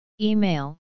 Email